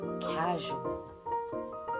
casual